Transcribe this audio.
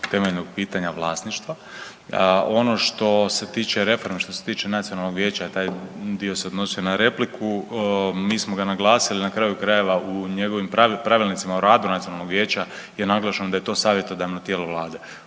temeljnog pitanja vlasništva. Ono što se tiče reforme, što se tiče Nacionalnog vijeća, taj dio se odnosio na repliku. Mi smo ga naglasili, na kraju krajeva u njegovim pravilnicima o radu Nacionalnog vijeća je naglašeno da je to savjetodavno tijelo Vlade.